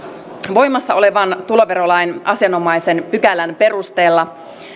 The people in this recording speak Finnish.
voimassa olevan tuloverolain asianomaisen pykälän perusteella